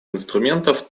инструментов